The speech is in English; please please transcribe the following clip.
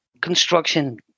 construction